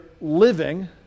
living